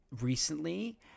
recently